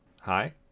Hi